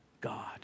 God